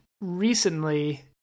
recently